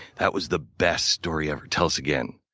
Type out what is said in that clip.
that was the best story ever. tell us again.